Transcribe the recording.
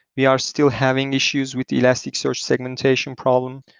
we are still having issues with the elasticsearch segmentation problem.